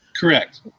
Correct